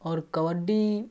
आओर कबड्डी